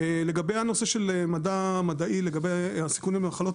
לגבי הנושא של מדע מדעי לגבי הסיכונים למחלות,